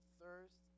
thirst